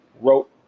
wrote